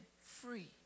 free